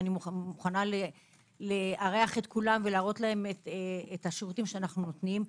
ואני מוכנה לארח את כולם ולהראות להם את השירותים שאנו נותנים.